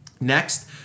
Next